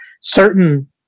certain